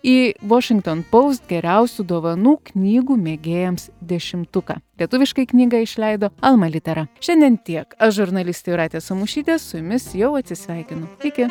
į washington post geriausių dovanų knygų mėgėjams dešimtuką lietuviškai knygą išleido alma littera šiandien tiek aš žurnalistė jūratė samušytė su jumis jau atsisveikinu iki